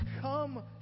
come